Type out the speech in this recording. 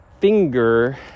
finger